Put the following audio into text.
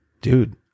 dude